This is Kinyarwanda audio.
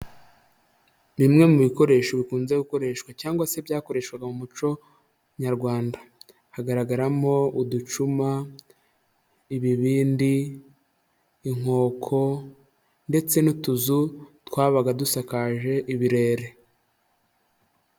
Bimwe mu bikoresho bikunze gukoreshwa cyangwa se byakoreshwaga mu muco nyarwanda hagaragaramo uducuma, ibibindi, inkoko ndetse n'utuzu twabaga dusakaje ibirere.